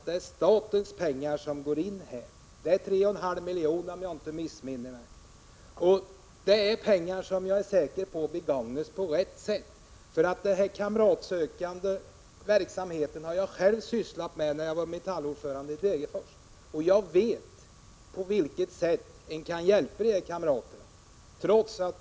Det är fråga om 3,5 miljoner, om jag inte missminner mig. Jag är säker på att dessa pengar kommer att användas på rätt sätt. Jag har själv sysslat med kamratstödjande verksamhet när jag var ordförande i Metalls avdelning i Degerfors, och jag vet därför att man i den här verksamheten kan hjälpa sina kamrater.